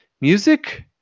music